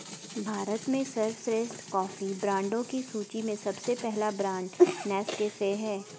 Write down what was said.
भारत में सर्वश्रेष्ठ कॉफी ब्रांडों की सूची में सबसे पहला ब्रांड नेस्कैफे है